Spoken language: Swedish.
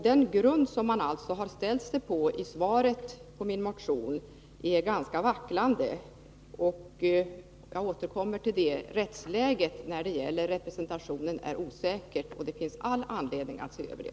Den grund som utskottet alltså har ställt sig på i svaret på min motion är ganska vacklande, och jag skall återkomma till det. Rättsläget när det gäller representationen är osäkert, och det finns anledning att se över det.